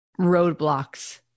roadblocks